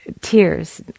tears